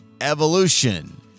evolution